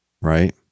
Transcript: right